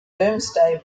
domesday